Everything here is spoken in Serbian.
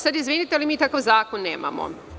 Sada izvinite, ali mi takav zakon nemamo.